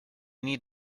need